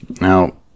Now